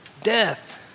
death